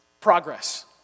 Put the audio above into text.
Progress